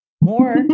more